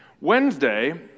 Wednesday